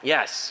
Yes